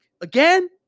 again